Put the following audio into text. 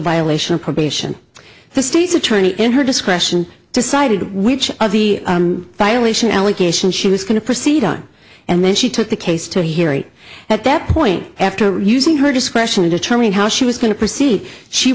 violation of probation the state's attorney in her discretion decided which of the violation allegations she was going to proceed on and then she took the case to a hearing at that point after using her discretion to determine how she was going to proceed she